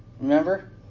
Remember